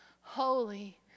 Holy